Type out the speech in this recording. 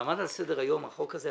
ועמד על סדר היום החוק הזה,